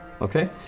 Okay